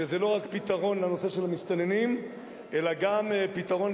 שזה לא רק פתרון לנושא של המסתננים אלא גם פתרון,